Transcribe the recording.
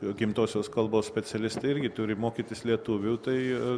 gimtosios kalbos specialistai irgi turi mokytis lietuvių tai